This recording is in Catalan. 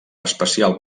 especial